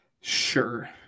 Sure